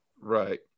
Right